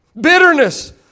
Bitterness